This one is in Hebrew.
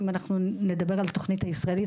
אם אנחנו נדבר על תכנית הישראלית,